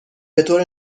بطور